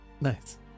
Nice